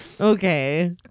okay